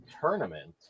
tournament